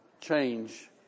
Change